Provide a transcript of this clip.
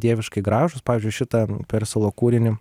dieviškai gražūs pavyzdžiui šitą persilo kūrinį